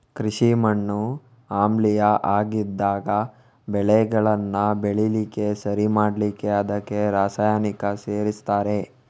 ಕೃಷಿ ಮಣ್ಣು ಆಮ್ಲೀಯ ಆಗಿದ್ದಾಗ ಬೆಳೆಗಳನ್ನ ಬೆಳೀಲಿಕ್ಕೆ ಸರಿ ಮಾಡ್ಲಿಕ್ಕೆ ಅದಕ್ಕೆ ರಾಸಾಯನಿಕ ಸೇರಿಸ್ತಾರೆ